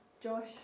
Josh